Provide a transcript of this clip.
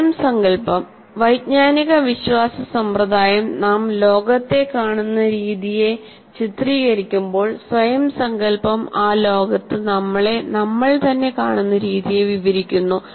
സ്വയം സങ്കൽപ്പം വൈജ്ഞാനിക വിശ്വാസ സമ്പ്രദായം നാം ലോകത്തെ കാണുന്ന രീതിയെ ചിത്രീകരിക്കുമ്പോൾ സ്വയം സങ്കല്പം ആ ലോകത്ത് നമ്മളെ നമ്മൾതന്നെ കാണുന്ന രീതിയെ വിവരിക്കുന്നു